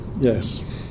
Yes